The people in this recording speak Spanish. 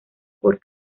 por